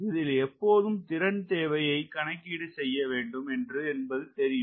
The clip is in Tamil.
இதில் எப்போது திறன் தேவை யை கணக்கீடு செய்ய வேண்டும் என்று என்பது தெரியும்